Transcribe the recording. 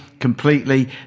completely